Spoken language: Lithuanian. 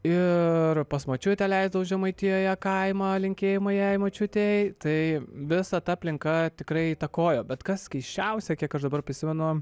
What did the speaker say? ir pas močiutę leisdavau žemaitijoje kaimą linkėjimai jai močiutei tai visa ta aplinka tikrai įtakojo bet kas keisčiausia kad aš dabar prisimenu